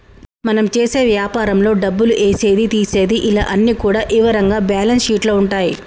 మనం చేసే యాపారంలో డబ్బులు ఏసేది తీసేది ఇలా అన్ని కూడా ఇవరంగా బ్యేలన్స్ షీట్ లో ఉంటాయి